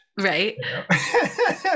right